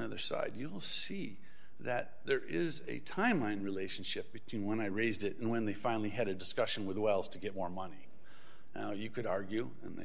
either side you'll see that there is a time line relationship between when i raised it and when they finally had a discussion with wells to get more money you could argue and they